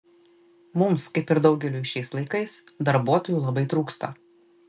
mums kaip ir daugeliui šiais laikais darbuotojų labai trūksta